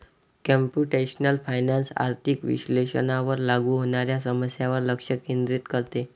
computational finance आर्थिक विश्लेषणावर लागू होणाऱ्या समस्यांवर लक्ष केंद्रित करते